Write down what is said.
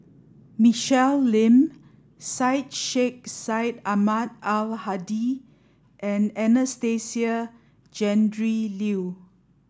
Michelle Lim Syed Sheikh Syed Ahmad Al Hadi and Anastasia Tjendri Liew